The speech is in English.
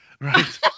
Right